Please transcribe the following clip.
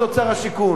שר השיכון,